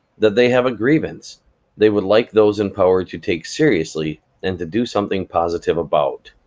that they have a grievance they would like those in power to take seriously and to do something positive about.